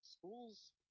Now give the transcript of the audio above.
schools